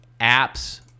apps